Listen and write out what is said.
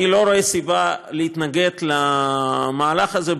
אני לא רואה סיבה להתנגד למהלך הזה,